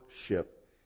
ship